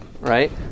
right